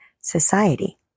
society